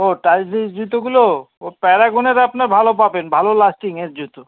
ও stylish জুতোগুলো ও প্যারাগনের আপনার ভালো পাবেন ভালো লাস্টিংয়ের জুতো